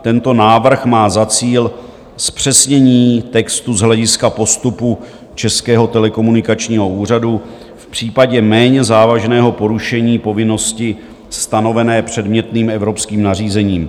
Tento návrh má za cíl zpřesnění textu z hlediska postupu Českého telekomunikačního úřadu v případě méně závažného porušení povinnosti stanovené předmětným evropským nařízením.